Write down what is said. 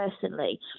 personally